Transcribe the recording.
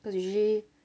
cause usually